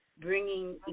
bringing